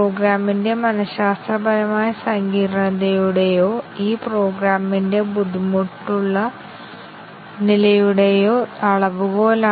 പ്രോഗ്രാമിന്റെ എല്ലാ സ്റ്റേറ്റ്മെൻറ് ഉം ഞങ്ങൾ നമ്പർ ചെയ്യുന്നു എന്നതാണ് ആദ്യത്തേത്